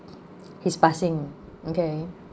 his passing okay